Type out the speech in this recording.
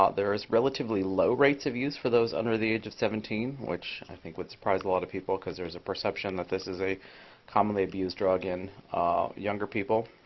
there is relatively low rates of use for those under the age of seventeen, which i think would surprise lot of people because there's a perception that this is a commonly abused drug in ah younger people.